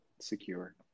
secure